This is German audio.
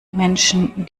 menschen